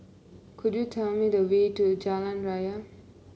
could you tell me the way to Jalan Raya